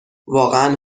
واقعا